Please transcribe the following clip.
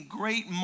great